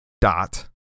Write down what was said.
dot